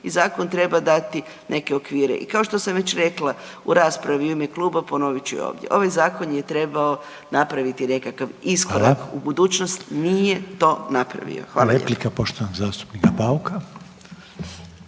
i zakon treba dati neke okvire. I kao što sam već rekla u raspravi u ime kluba ponovit ću i ovdje. Ovaj zakon je trebao napraviti nekakav iskorak u budućnost, nije to napravio. Hvala